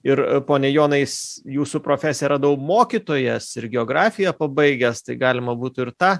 ir pone jonai jūsų profesiją radau mokytojas ir geografiją pabaigęs tai galima būtų ir tą